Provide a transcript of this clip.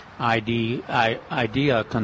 idea